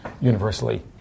universally